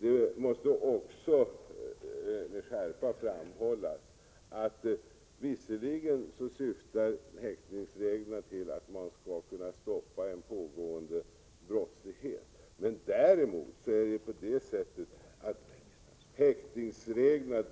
Det måste också med skärpa framhållas att tillämpningen av häktningsreglerna visserligen kan stoppa pågående brottslighet. Men häktningsreglerna